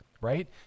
right